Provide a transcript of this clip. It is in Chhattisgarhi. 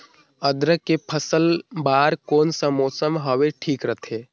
अदरक के फसल बार कोन सा मौसम हवे ठीक रथे?